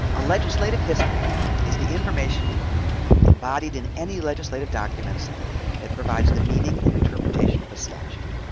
a legislative history is the information embodied in any legislative documents that provides the meaning and interpretation of a statute.